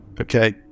okay